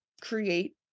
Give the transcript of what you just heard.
create